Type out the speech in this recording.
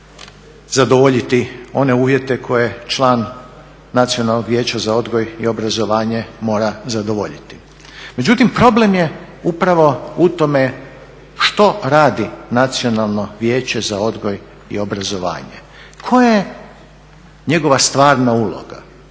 zadovoljiti one uvjete koje član Nacionalnog vijeća za odgoj i obrazovanje mora zadovoljiti. Međutim, problem je upravo u tome što radi Nacionalno vijeće za odgoj i obrazovanje. Koja je njegova stvarna uloga,